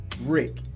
Rick